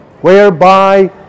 whereby